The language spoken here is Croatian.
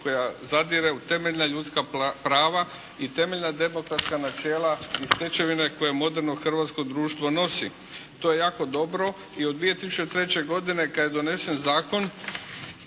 koja zadire u temeljna ljudska prava i temeljna demokratska načela i stečevine koja moderno hrvatsko društvo nosi. To je jako dobro i od 2003. godine kada je donesen zakon